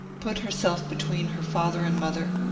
put herself between her father and mother,